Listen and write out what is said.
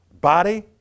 body